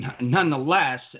Nonetheless